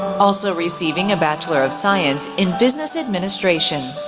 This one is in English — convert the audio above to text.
also receiving a bachelor of science in business administration.